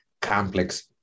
complex